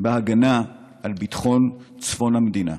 בהגנה על ביטחון צפון המדינה.